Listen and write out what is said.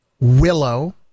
Willow